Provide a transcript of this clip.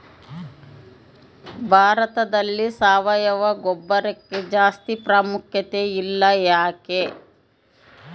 ಭಾರತದಲ್ಲಿ ಸಾವಯವ ಗೊಬ್ಬರಕ್ಕೆ ಜಾಸ್ತಿ ಪ್ರಾಮುಖ್ಯತೆ ಇಲ್ಲ ಯಾಕೆ?